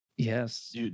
Yes